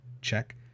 Check